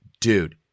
dude